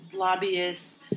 lobbyists